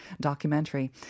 documentary